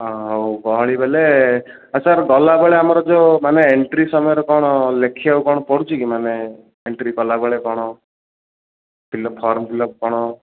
ହଁ ଆଉ ଗହଳି ବେଲେ ସାର୍ ଗଲାବେଳେ ଆମର ଯେଉଁ ମାନେ ଏଣ୍ଟ୍ରି ସମୟରେ କ'ଣ ଲେଖିବାକୁ କ'ଣ ପଡ଼ୁଛିକି ମାନେ ଏଣ୍ଟ୍ରି କଲାବେଳେ କ'ଣ ଫିଲ ଫର୍ମ ଫିଲ୍ଅପ୍ କ'ଣ